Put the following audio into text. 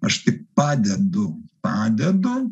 aš tik padedu padedu